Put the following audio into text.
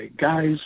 guys